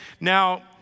Now